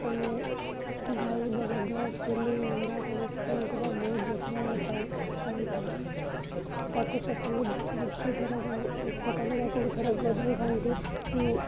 ଆମ ଗାଈ ବଲଦ ଛେଲି ମେଣ୍ଢା ସମସ୍ତଙ୍କର ବହୁତ ଯତ୍ନ ନେଇଥାଉ ନେଇଥାଉ ତାକୁ ସକାଲୁ ଗୁଟି ଥର ସକାଲୁ ତାକୁ ଥରେ ଗଧେଇଥାନ୍ତି